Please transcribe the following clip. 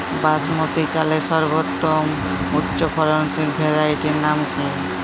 বাসমতী চালের সর্বোত্তম উচ্চ ফলনশীল ভ্যারাইটির নাম কি?